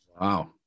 Wow